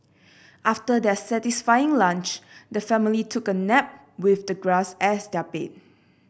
after their satisfying lunch the family took a nap with the grass as their bed